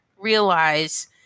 realize